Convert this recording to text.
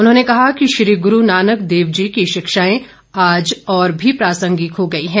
उन्होर्ने कहा ँकि श्री गुरू नानक देव जी ँकी शिक्षाएं आज और भी प्रासंगिक हो गई है